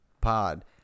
pod